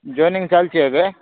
joining ଚାଲଛି ଏବେ